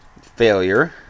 failure